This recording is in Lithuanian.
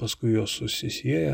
paskui jos susisieja